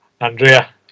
Andrea